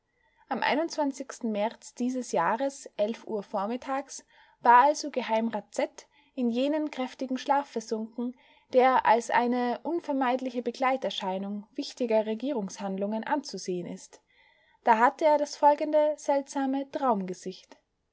am märz dieses jahres uhr vormittags war also geheimrat z in jenen kräftigen schlaf versunken der als eine unvermeidliche begleiterscheinung wichtiger regierungshandlungen anzusehen ist da hatte er das folgende seltsame traumgesicht